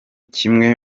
kimwe